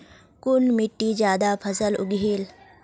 कुन मिट्टी ज्यादा फसल उगहिल?